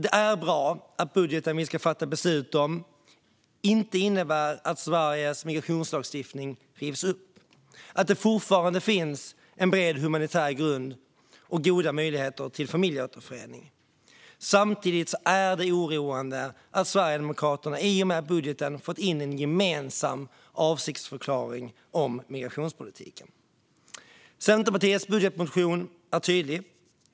Det är bra att den budget vi ska fatta beslut om inte innebär att Sveriges migrationslagstiftning rivs upp utan att det fortfarande finns en bred humanitär grund och goda möjligheter till familjeåterförening. Samtidigt är det oroande att Sverigedemokraterna i och med budgeten fått in en gemensam avsiktsförklaring om migrationspolitiken. Centpartiets budgetmotion är tydlig.